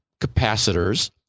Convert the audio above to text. capacitors